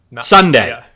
Sunday